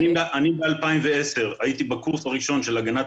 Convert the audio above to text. אני ב-2010 הייתי בקורס הראשון של הגנת